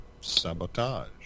Sabotage